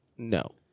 No